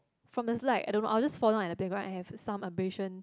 from the slide I don't know I 'll just fall down at the playground and I have some abrasion